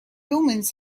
omens